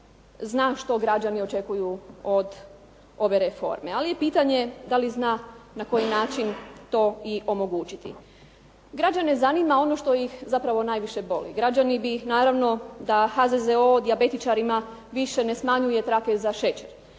zna što građani očekuju od ove reforme. Ali je pitanje dali zna na koji način to i omogućiti. Građane zanima ono što ih zapravo najviše boli. Građani bi naravno da HZZO dijabetičarima više ne smanjuje trake za šećer.